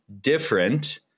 different